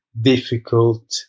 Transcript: difficult